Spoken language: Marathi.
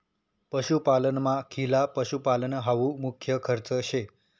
पशुपालनमा खिला पशुपालन हावू मुख्य खर्च शे